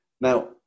Now